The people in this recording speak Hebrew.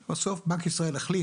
בסוף בנק ישראל החליט,